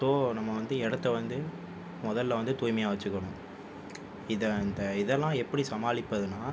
so நம்ம வந்து இடத்த வந்து மொதலில் வந்து தூய்மையாக வச்சுக்கணும் இதை இந்த இதல்லாம் எப்படி சமாளிப்பதுன்னால்